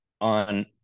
on